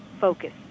focus